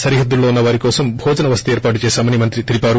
సరిహద్దుల్లో ఉన్న వారికోసం భోజన వసతి ఏర్పాటు చేశామని మంత్రి తెలిపారు